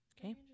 Okay